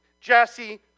Jesse